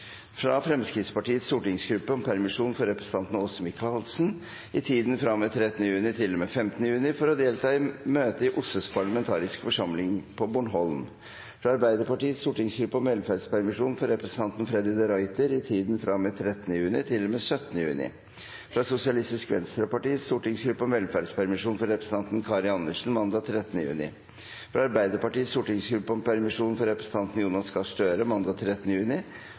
fra Fremskrittspartiets stortingsgruppe om permisjon for representanten Åse Michaelsen i tiden fra og med 13. juni til og med 15. juni for å delta i møte i OSSEs parlamentariske forsamling på Bornholm fra Arbeiderpartiets stortingsgruppe om velferdspermisjon for representanten Freddy de Ruiter i tiden fra og med 13. juni til og med 17. juni fra Sosialistisk Venstrepartis stortingsgruppe om velferdspermisjon for representanten Karin Andersen mandag 13. juni fra Arbeiderpartiets stortingsgruppe om permisjon for representanten Jonas Gahr Støre mandag 13. juni